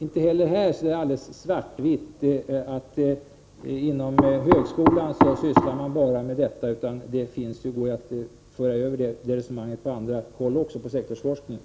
Inte heller här kan man göra en uppdelning i svart och vitt. Det behöver inte vara bara inom högskolan som man talar om inomvetenskapliga kriterier. Det går att i vissa avseenden föra över det resonemanget också på sektorsforskningen.